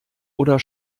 oder